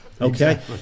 Okay